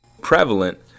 prevalent